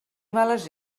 males